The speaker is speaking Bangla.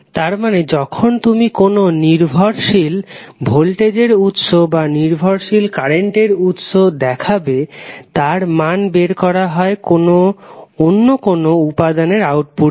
তারমানে যখন তুমি কোনো নির্ভরশীল ভোল্টেজের উৎস বা নির্ভরশীল কারেন্টের উৎস দেখাবে তার মান বের করা হয় অন্য কোনো উপাদানের আউটপুট থেকে